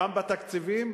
גם בתקציבים,